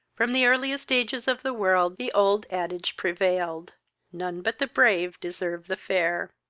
from the earliest ages of the world, the old adage prevailed none but the brave deserve the fair,